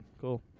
Cool